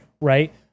right